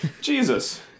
Jesus